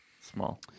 Small